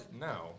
no